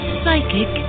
psychic